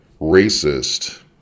racist